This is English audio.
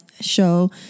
show